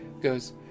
goes